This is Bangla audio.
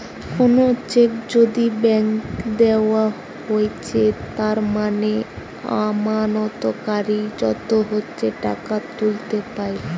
কোনো চেক যদি ব্ল্যাংক দেওয়া হৈছে তার মানে আমানতকারী যত ইচ্ছে টাকা তুলতে পাইরে